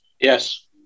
Yes